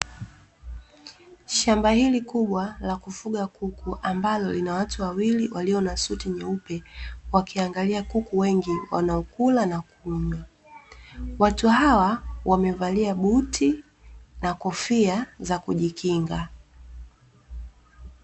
Shamba hili kubwa la kufuga kuku, ambalo lina watu wawili walio na suti nyeupe, wakiangalia kuku wengi wanaokula na kunywa. Watu hawa wamevalia buti na kofia za kujikinga.